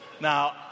Now